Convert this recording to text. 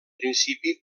principi